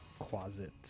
quasit